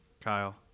Kyle